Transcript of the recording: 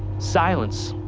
silence.